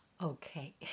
Okay